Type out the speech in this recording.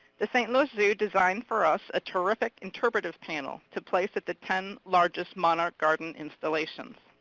the st. louis zoo designed for us a terrific interpretive panel to place at the ten largest monarch garden installations.